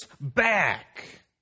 back